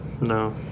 No